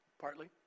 partly